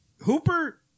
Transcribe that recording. Hooper